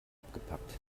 abgepackt